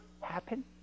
happen